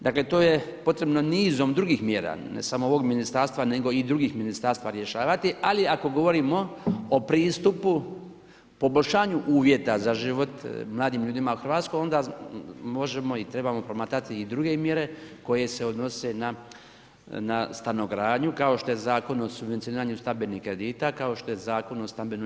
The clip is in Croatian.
Dakle to je potrebno nizom drugih mjera, ne samo ovog ministarstva nego i drugih ministarstva rješavati, ali ako govorimo o pristupu poboljšanju uvjeta za život mladim ljudima u Hrvatskoj onda možemo i trebamo promatrati i druge mjere koje se odnose na stanogradnju kao što je Zakon o subvencioniranju stambenih kredita, kao što je Zakon o stambenoj